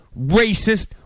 racist